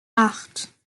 acht